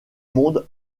monde